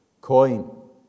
coin